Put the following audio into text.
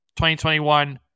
2021